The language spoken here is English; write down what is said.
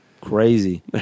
crazy